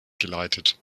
geleitet